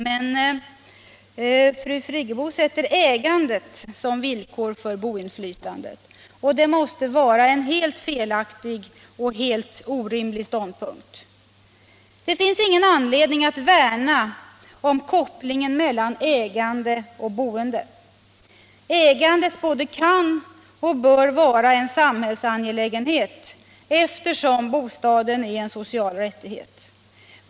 Men fru Friggebo sätter ägandet som villkor för boinflytande. Och det måste vara en helt felaktig och en helt orimlig ståndpunkt. Det finns ingen anledning att värna om kopplingen mellan ägande och boende. Ägandet både kan och bör vara en samhällsangelägenhet, eftersom bostaden är en social rättighet.